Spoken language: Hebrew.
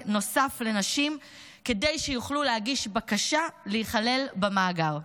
נוסף לנשים כדי שיוכלו להגיש בקשה להיכלל במאגר.